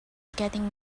getting